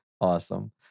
Awesome